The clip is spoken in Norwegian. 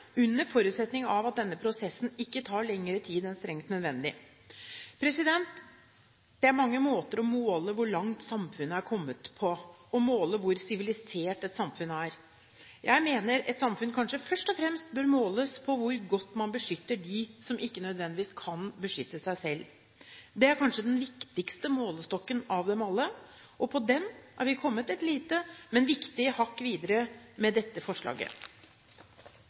under forutsetning av at denne prosessen ikke tar lengre tid enn strengt nødvendig. Det er mange måter å måle hvor langt samfunnet er kommet på – å måle hvor sivilisert et samfunn er. Jeg mener et samfunn kanskje først og fremst bør måles på hvor godt man beskytter dem som ikke nødvendigvis kan beskytte seg selv. Det er kanskje den viktigste målestokken av alle, og på den er vi med dette forslaget kommet et lite, men viktig hakk videre. Dette